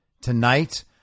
tonight